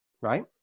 right